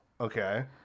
Okay